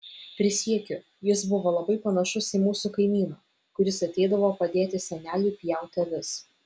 prisiekiu jis buvo labai panašus į mūsų kaimyną kuris ateidavo padėti seneliui pjauti avis